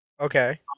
Okay